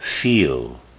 Feel